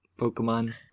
Pokemon